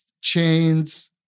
chains